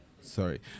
Sorry